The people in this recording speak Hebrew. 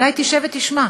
אולי תשב ותשמע.